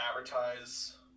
advertise